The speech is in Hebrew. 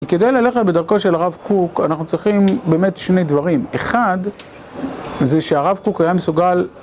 כדי ללכת בדרכו של הרב קוק, אנחנו צריכים באמת שני דברים. אחד, זה שהרב קוק היה מסוגל...